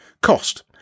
Cost